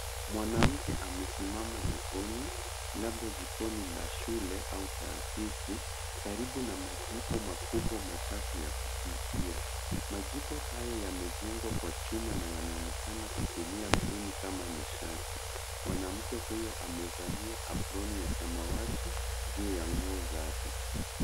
Mwanamke amesimama jikoni labda jikoni la shule au taasisi, karibu na majiko makubwa matatu ya kupikia. Majiko hayo yamejengwa kwa chuma na yanaonekana kutumia kuni kama nishati. Mwanamke huyu amevalia aproni ya samawati juu ya nguo zake.